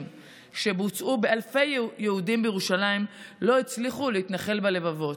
שבוצעו באלפי יהודים בירושלים לא הצליחו להתנחל בלבבות?